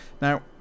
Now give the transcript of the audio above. now